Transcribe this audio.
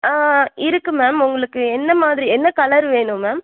ஆ இருக்குது மேம் உங்களுக்கு எந்த மாதிரி என்ன கலர் வேணும் மேம்